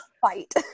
fight